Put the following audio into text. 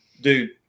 Dude